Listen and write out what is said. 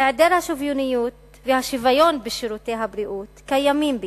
היעדר השוויוניות והשוויון בשירותי הבריאות קיים בישראל.